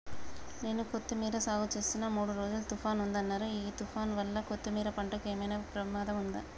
నేను కొత్తిమీర సాగుచేస్తున్న మూడు రోజులు తుఫాన్ ఉందన్నరు ఈ తుఫాన్ వల్ల కొత్తిమీర పంటకు ఏమైనా ప్రమాదం ఉందా?